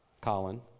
Colin